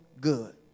good